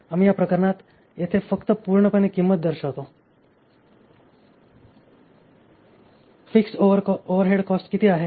आम्ही या प्रकरणात येथे फक्त पूर्णपणे किंमत दर्शवितो फिक्स्ड ओव्हरहेड कॉस्ट किती आहे